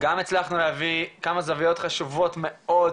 שגם הצלחנו להביא כמה זוויות חשובות מאוד,